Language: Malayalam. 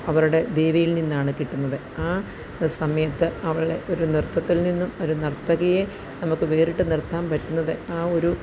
അവരുടെ ദേവിയില് നിന്നാണ് കിട്ടുന്നത് ആ സമയത്ത് അവളെ ഒരു നൃത്തത്തില് നിന്നും ഒരു നര്ത്തകിയെ നമുക്ക് വേറിട്ട് നിര്ത്താന് പറ്റുന്നത് ആ ഒരു